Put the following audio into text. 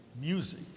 music